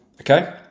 okay